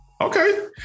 okay